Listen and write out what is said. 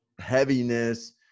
heaviness